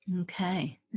Okay